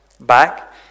back